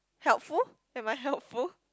helpful am I helpful